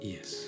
Yes